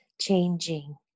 changing